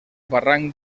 barranc